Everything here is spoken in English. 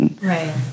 Right